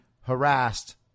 harassed